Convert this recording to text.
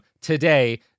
today